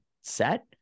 set